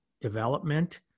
development